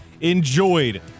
enjoyed